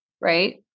right